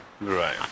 Right